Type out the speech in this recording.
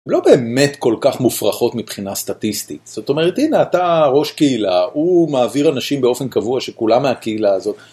לא באמת כל כך מופרכות מבחינה סטטיסטית, זאת אומרת הנה אתה ראש קהילה, הוא מעביר אנשים באופן קבוע שכולם מהקהילה הזאת.